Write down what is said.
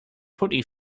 putty